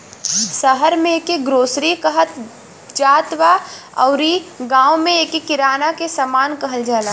शहर में एके ग्रोसरी कहत जात बा अउरी गांव में एके किराना के सामान कहल जाला